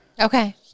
Okay